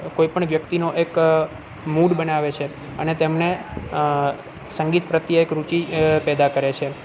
કોઈ પણ વ્યક્તિનો એક મૂડ બનાવે છે અને તેમને સંગીત પ્રત્યે એક રુચિ પેદા કરે છે